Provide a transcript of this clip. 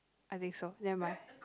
I think so never mind